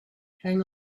hang